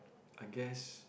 I guess